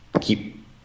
keep